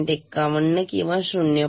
51 किंवा 0